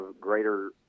greater